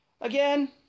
Again